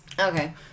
Okay